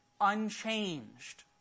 Unchanged